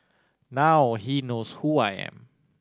now he knows who I am